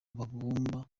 bagomba